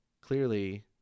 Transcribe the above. Clearly